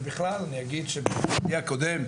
במיוחד במקצועות שמקשים מבחינת מבחנים